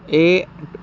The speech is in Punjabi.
ਇਹ